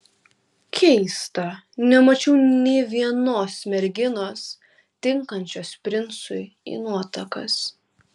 keista nemačiau nė vienos merginos tinkančios princui į nuotakas